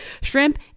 shrimp